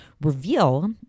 reveal